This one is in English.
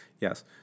Yes